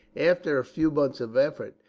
after a few months of effort,